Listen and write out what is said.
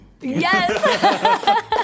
Yes